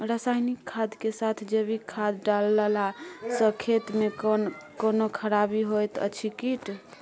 रसायनिक खाद के साथ जैविक खाद डालला सॅ खेत मे कोनो खराबी होयत अछि कीट?